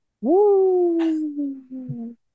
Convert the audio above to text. Woo